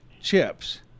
chips